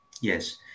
Yes